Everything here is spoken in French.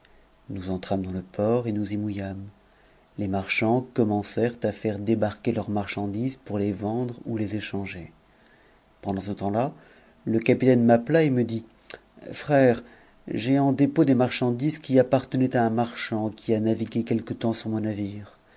nous entrâmes dans le nous y moui âmes les marchands commencèrent à faire débarleurs marchandises pour les vendre ou les échanger pendant ce temps-là le capitaine m'appela et me dit frère j'ai en dépôt i marchandises qui appartenaient à un marchand qui a navigué n temps